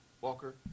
Walker